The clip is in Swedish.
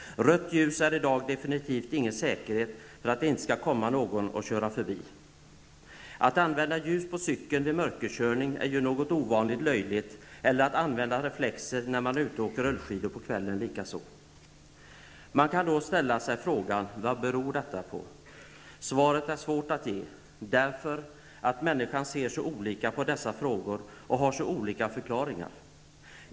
Rött ljus innebär i dag definitivt ingen säkerhet eller något skydd för att någon inte kör förbi. Att använda lyse på cykeln vid mörkerkörning är något som betraktas som särdeles löjligt, likaså att använda reflexer på kvällen när man åker rullskidor. Man kan ställa frågan: Vad beror detta på? Det är svårt att ge ett svar, därför att vi människor ser mycket olika på dessa saker och har helt olika förklaringar.